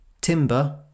timber